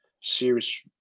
serious